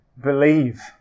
believe